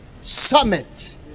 summit